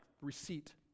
receipt